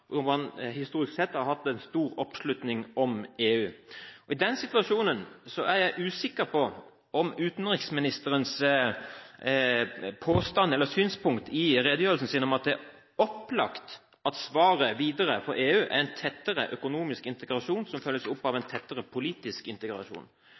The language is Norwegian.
man historisk sett har hatt en stor oppslutning om EU. I den situasjonen er jeg usikker på om utenriksministerens påstand, eller synspunkt, i redegjørelsen sin om at det er «opplagt» at svaret videre for EU er en tettere økonomisk integrasjon som følges opp av